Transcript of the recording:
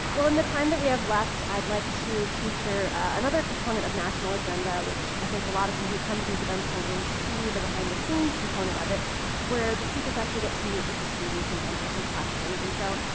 in the time that we have left i'd like to feature another component of national agenda which i think a lot of you who come to these events don't really see the behind the scenes component of it where the speakers actually get to meet with the students and answer some questions. and so,